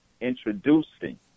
introducing